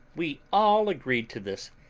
we all agreed to this,